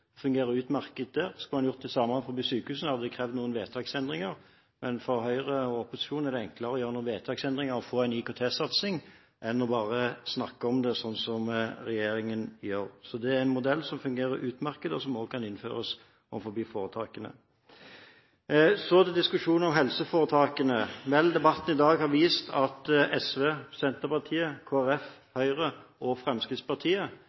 utmerket der. Skulle man gjort det samme innenfor sykehusene, hadde det krevd noen vedtektsendringer. Men for Høyre og opposisjonen er det enklere å gjøre noen vedtektsendringer og få en IKT-satsing enn bare å snakke om det, som regjeringen gjør. Det er en modell som fungerer utmerket, og som også kan innføres innenfor foretakene. Så til diskusjonen om helseforetakene. Debatten i dag har vist at SV, Senterpartiet, Kristelig Folkeparti, Høyre og Fremskrittspartiet